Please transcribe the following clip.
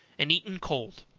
and eaten cold.